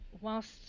whilst